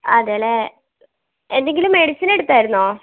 അതേല്ലെ എന്തെങ്കിലും മെഡിസിൻ എടുത്തായിരുന്നോ